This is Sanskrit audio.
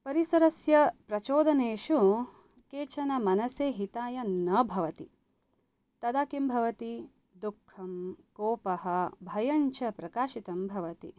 परिसरस्य प्रचोदनेषु केचन मनसि हिताय न भवति तदा किं भवति दुःखं कोपः भयं च प्रकाशितं भवति